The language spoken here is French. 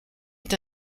est